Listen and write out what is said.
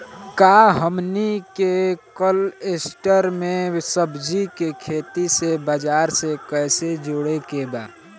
का हमनी के कलस्टर में सब्जी के खेती से बाजार से कैसे जोड़ें के बा?